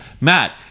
Matt